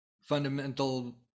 fundamental